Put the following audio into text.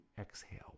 exhale